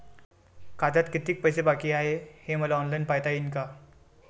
खात्यात कितीक पैसे बाकी हाय हे मले ऑनलाईन पायता येईन का?